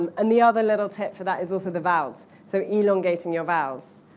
um and the other little tip for that is also the vowels. so elongating your vowels,